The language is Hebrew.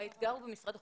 האתגר הוא במשרד החוץ,